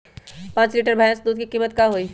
पाँच लीटर भेस दूध के कीमत का होई?